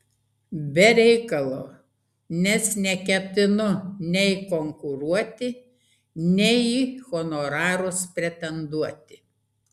be reikalo nes neketinu nei konkuruoti nei į honorarus pretenduoti